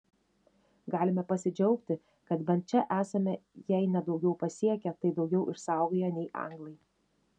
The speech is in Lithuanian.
galime pasidžiaugti kad bent čia esame jei ne daugiau pasiekę tai daugiau išsaugoję nei anglai